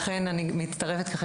לכן, אני מצטרפת מכאן